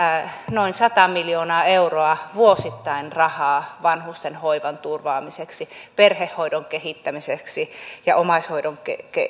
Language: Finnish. noin sata miljoonaa euroa vuosittain rahaa vanhustenhoivan turvaamiseksi perhehoidon kehittämiseksi ja omaishoidon